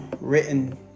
written